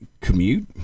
commute